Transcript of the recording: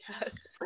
Yes